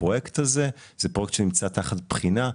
זה פרויקט שנמצא תחת בחינה.